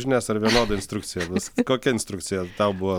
žinias ar vienoda instrukcija bus kokia instrukcija tau buvo